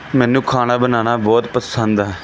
ਮੈਨੂੰ ਖਾਣਾ ਬਣਾਉਣਾ ਬਹੁਤ ਪਸੰਦ